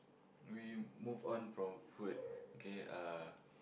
we move on from food okay uh